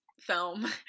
film